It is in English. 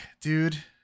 dude